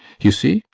you see,